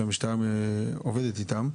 שהמשטרה עובדת איתן.